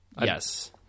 Yes